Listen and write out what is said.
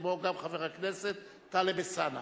כמו גם חבר הכנסת טלב אלסאנע.